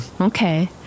Okay